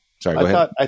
Sorry